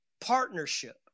partnership